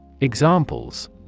Examples